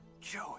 Joey